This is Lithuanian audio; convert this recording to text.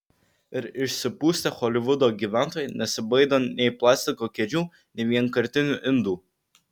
ir išsipustę holivudo gyventojai nesibaido nei plastiko kėdžių nei vienkartinių indų